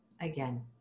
again